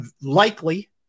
likely